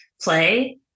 play